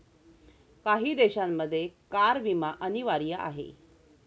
काही देशांमध्ये कार विमा अनिवार्य आहे